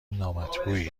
نامطبوعی